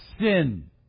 sin